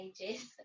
ages